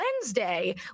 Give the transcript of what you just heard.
wednesday